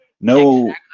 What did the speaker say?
no